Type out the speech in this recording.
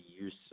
use